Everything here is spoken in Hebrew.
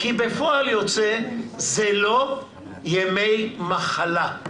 כי בפועל יוצא שאלה לא ימי מחלה,